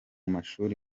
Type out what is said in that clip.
mashuri